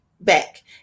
back